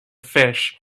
fish